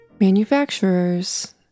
manufacturers